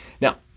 Now